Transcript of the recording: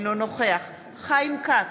אינו נוכח חיים כץ,